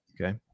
okay